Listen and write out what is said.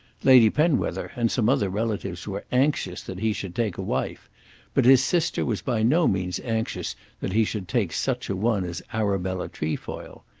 lady penwether and some other relatives were anxious that he should take a wife but his sister was by no means anxious that he should take such a one as arabella trefoil.